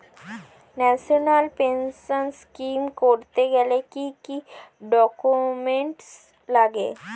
National pension scheme করতে গেলে কি কি ডকুমেন্ট লাগে?